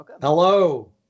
Hello